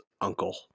uncle